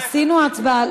עשינו הצבעה.